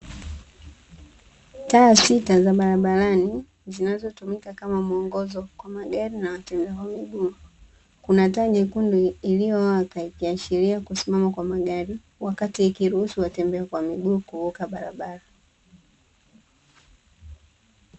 Taa sita za barabarani zinazotumika kama muongozo kwa magari na watembea kwa miguu, kuna taa nyekundu iliyowaka ikiashiria kusimama kwa magari, wakati ikiruhusu watembea kwa miguu kuvuka barabara.